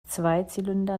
zweizylinder